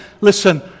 listen